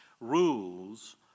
rules